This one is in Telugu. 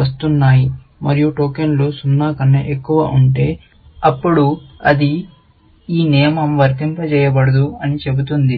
వస్తున్నాయి మరియు టోకెన్లు 0 కన్నా ఎక్కువ ఉంటే అపుడు అది ఈ నియమం వర్తింపజేయబడదు అని చెబుతుంది